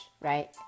right